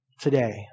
today